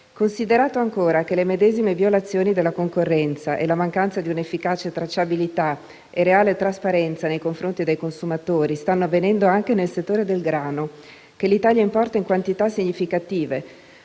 considerare, ancora, che le medesime violazioni della concorrenza e la mancanza di una efficace tracciabilità e reale trasparenza nei confronti dei consumatori stanno avvenendo anche nel settore del grano, che l'Italia importa in quantità significative,